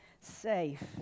safe